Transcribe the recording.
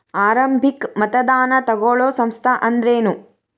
ಆರಂಭಿಕ್ ಮತದಾನಾ ತಗೋಳೋ ಸಂಸ್ಥಾ ಅಂದ್ರೇನು?